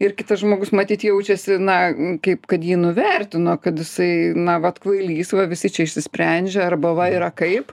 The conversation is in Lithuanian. ir kitas žmogus matyt jaučiasi na kaip kad jį nuvertino kad jisai na vat kvailys va visi čia išsisprendžia arba va yra kaip